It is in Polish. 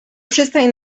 przystań